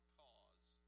cause